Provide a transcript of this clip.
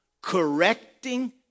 correcting